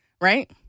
Right